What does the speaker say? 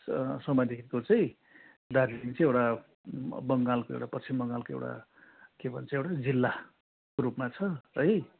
त्यस समयदेखिको चाहिँ दार्जिलिङ चाहिँ एउटा बङ्गालको एउटा पश्चिम बङ्गालको एउटा के भन्छ एउटा जिल्लाको रूपमा छ है